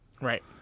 right